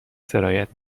سرایت